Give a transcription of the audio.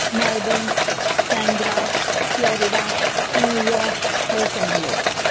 Melbourne Canberra Florida New York Los Angeles